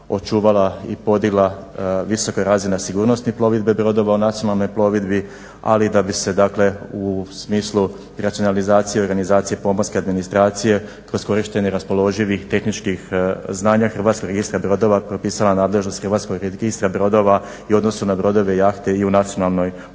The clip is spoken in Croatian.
očuvala i podigla visoka razina sigurnosti plovidbe brodova u nacionalnoj plovidbi, ali i da bi se dakle u smislu racionalizacije i organizacije pomorske administracije kroz korištenje raspoloživih tehničkih znanja hrvatskog registra bila propisana nadležnosti hrvatskog registra brodova i u odnosu na brodove, jahte i u nacionalnoj plovidbi.